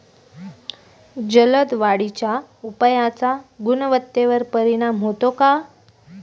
जलद वाढीच्या उपायाचा गुणवत्तेवर परिणाम होतो का?